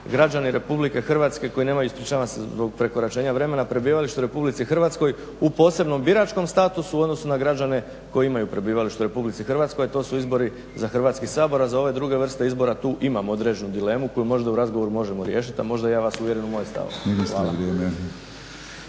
građani RH koji nemaju, ispričavam se zbog prekoračenja vremena, prebivalište u RH u posebnom biračkom statusu u odnosu na građane koji imaju prebivalište u RH, a to su izbori za Hrvatski sabor. A za ove druge vrste izbora tu imamo određenu dilemu koju možda u razgovoru možemo riješiti, a možda ja vas uvjerim u moje stavove. Hvala.